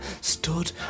stood